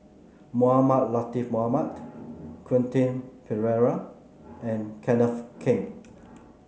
Mohamed Latiff Mohamed Quentin Pereira and Kenneth Keng